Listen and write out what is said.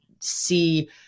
see